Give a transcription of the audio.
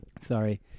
Sorry